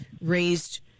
raised